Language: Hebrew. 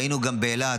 והיינו גם באילת,